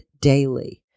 daily